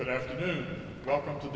good afternoon welcome to